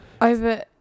Over